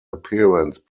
appearance